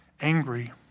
angry